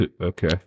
Okay